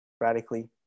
radically